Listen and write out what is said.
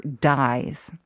dies